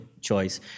choice